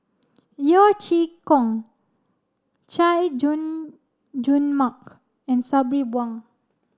Yeo Chee Kiong Chay Jung Jun Mark and Sabri Buang